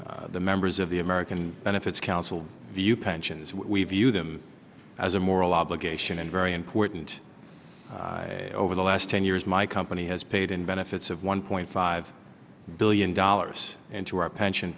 candidly the members of the american benefits council view pensions we view them as a moral obligation and very important over the last ten years my company has paid in benefits of one point five billion dollars into our pension